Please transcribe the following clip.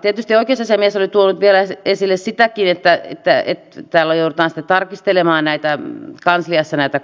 tietysti oikeusasiamies oli vielä tuonut esille sitäkin että täällä joudutaan kansliassa sitten tarkistelemaan